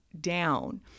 down